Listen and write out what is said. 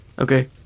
Okay